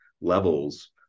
levels